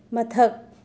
ꯃꯊꯛ